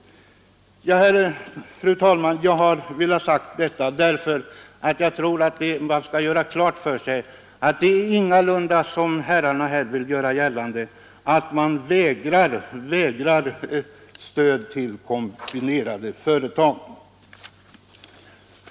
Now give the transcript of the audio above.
Fru talman! Jag har velat säga detta därför att jag tror att man skall göra klart för sig att man ingalunda, som herrarna här vill göra gällande, vägrar ge stöd till kombinerade företag.